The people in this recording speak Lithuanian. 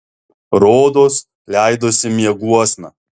rodos leidosi mieguosna